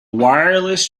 wireless